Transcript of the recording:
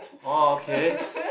orh okay